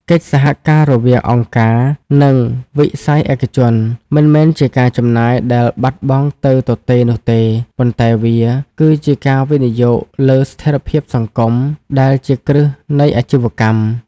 កិច្ចសហការរវាងអង្គការ និងវិស័យឯកជន មិនមែនជាការចំណាយដែលបាត់បង់ទៅទទេនោះទេ ប៉ុន្តែវាគឺជាការវិនិយោគលើ "ស្ថិរភាពសង្គម" ដែលជាគ្រឹះនៃអាជីវកម្ម។